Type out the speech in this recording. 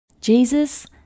Jesus